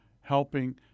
helping